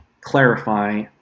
clarify